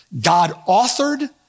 God-authored